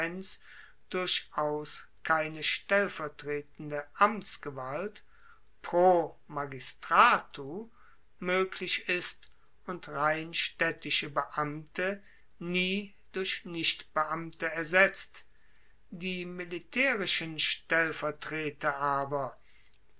durchaus keine stellvertretende amtsgewalt pro magistratu moeglich ist und rein staedtische beamte nie durch nichtbeamte ersetzt die militaerischen stellvertreter aber